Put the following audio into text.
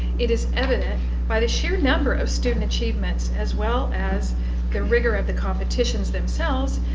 it is evident by the sheer number of student achievements as well as the rigor of the competitions, themselves,